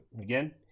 Again